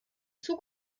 zug